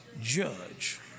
judge